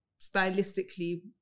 stylistically